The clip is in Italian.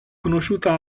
conosciuta